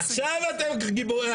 עכשיו אתם גיבורים.